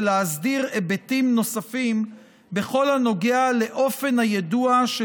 ולהסדיר היבטים נוספים בכל הנוגע לאופן היידוע של